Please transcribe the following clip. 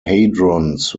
hadrons